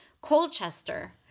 Colchester